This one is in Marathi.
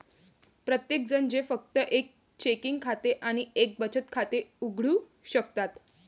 प्रत्येकजण जे फक्त एक चेकिंग खाते आणि एक बचत खाते उघडू शकतात